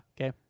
Okay